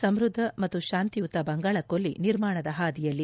ಸಮ್ಮದ್ದ ಮತ್ತು ಶಾಂತಿಯುತ ಬಂಗಾಳಕೊಲ್ಲಿ ನಿರ್ಮಾಣದ ಹಾದಿಯಲ್ಲಿ